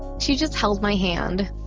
she just held my hand.